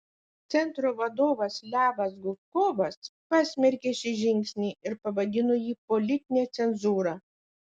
centro vadovas levas gudkovas pasmerkė šį žingsnį ir pavadino jį politine cenzūra